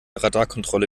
radarkontrolle